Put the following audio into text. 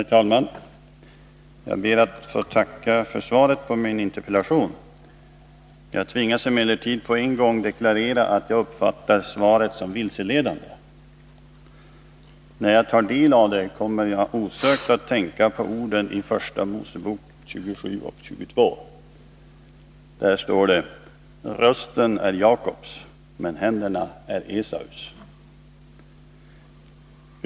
Herr talman! Jag ber att få tacka för svaret på min interpellation. Jag tvingas emellertid på en gång deklarera att jag uppfattar svaret som vilseledande. När jag tar del av det kommer jag osökt att tänka på orden i Första Mosebok 27:22: Rösten är Jakobs, men händerna är Esaus.